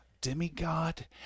demigod